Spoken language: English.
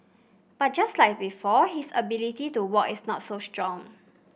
but just like before his ability to walk is not so strong